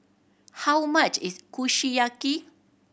how much is Kushiyaki